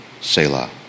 Selah